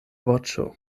voĉo